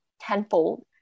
tenfold